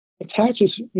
attaches